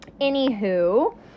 anywho